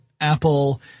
Apple